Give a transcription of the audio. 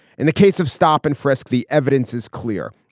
in the case of stop and frisk the evidence is clear.